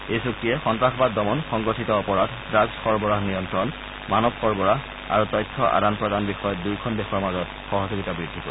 এই চুক্তিয়ে সন্নাসবাদ দমন সংগঠিত অপৰাধ ড়াগ্ছ সৰবৰাহ নিয়ন্ত্ৰণ মানৱ সৰবৰাহ আৰু তথ্য আদান প্ৰদান বিষয়ত দুয়োখন দেশৰ মাজত সহযোগিতা বৃদ্ধি কৰিব